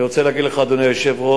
אני רוצה להגיד לך, אדוני היושב-ראש,